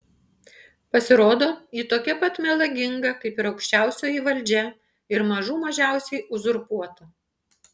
pasirodo ji tokia pat melaginga kaip ir aukščiausioji valdžia ir mažų mažiausiai uzurpuota